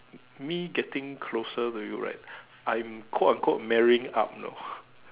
me getting closer to you right I am quote unquote marrying up you know